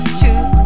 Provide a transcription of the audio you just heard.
choose